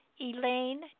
Elaine